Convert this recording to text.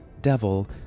devil